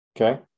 Okay